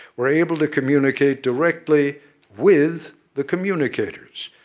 were able to communicate directly with the communicators.